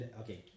okay